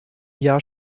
jahr